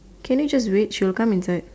can you just wait she will come inside